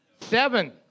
Seven